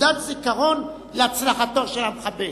כתעודת זיכרון להצלחתו של המחבל?